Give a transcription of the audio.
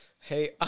hey